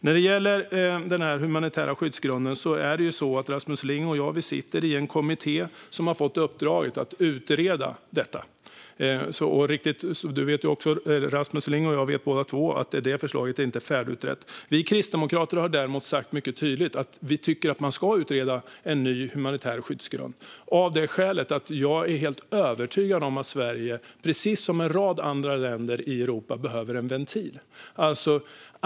När det gäller den humanitära skyddsgrunden sitter Rasmus Ling och jag i en kommitté som har fått i uppdrag att utreda den. Vi vet båda två att förslaget inte är färdigutrett. Vi kristdemokrater har däremot mycket tydligt sagt att vi tycker att man ska utreda en ny humanitär skyddsgrund, för jag är helt övertygad om att Sverige, precis som en rad andra länder i Europa, behöver en ventil.